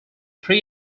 pre